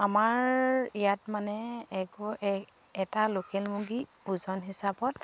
আমাৰ ইয়াত মানে এটা লোকেল মুৰ্গী ওজন হিচাপত